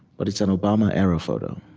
but it's an obama-era photo.